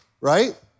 right